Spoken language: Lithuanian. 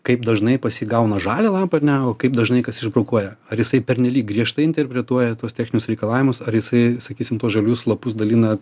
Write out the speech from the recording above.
kaip dažnai pas jį gauna žalią lapą ar ne o kaip dažnai kas išbrokuoja ar jisai pernelyg griežtai interpretuoja tuos techninius reikalavimus ar jisai sakysim tuos žalius lapus dalina